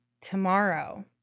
tomorrow—